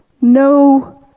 No